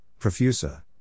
Profusa